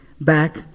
back